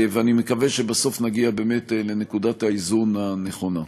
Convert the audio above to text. ואני מקווה שבסוף נגיע באמת לנקודת האיזון הנכונה.